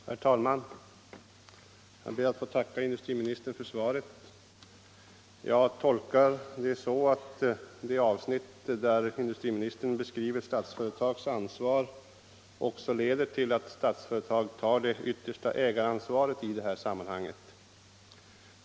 Herr talman! Jag ber att få tacka industriministern för svaret. Jag tolkar det avsnitt där han beskriver Statsföretags ansvar så, att Statsföretag också skall ta det yttersta ägaransvaret i det här sammanhanget.